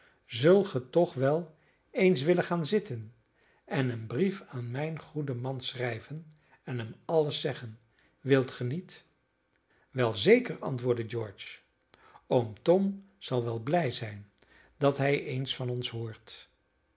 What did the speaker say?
ge toch wel eens willen gaan zitten en een brief aan mijn goeden man schrijven en hem alles zeggen wilt ge niet wel zeker antwoordde george oom tom zal wel blij zijn dat hij eens van ons hoort